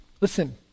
Listen